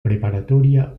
preparatoria